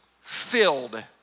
filled